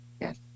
Yes